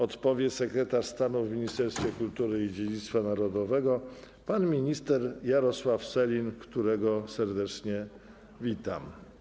Odpowie sekretarz stanu w Ministerstwie Kultury i Dziedzictwa Narodowego pan minister Jarosław Sellin, którego serdecznie witam.